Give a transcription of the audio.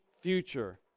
future